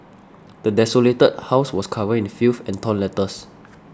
the desolated house was covered in filth and torn letters